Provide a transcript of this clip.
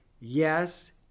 Yes